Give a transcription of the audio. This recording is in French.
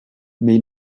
mais